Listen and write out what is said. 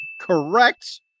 correct